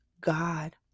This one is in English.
God